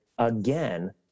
again